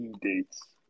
Dates